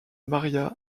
maria